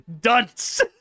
Dunce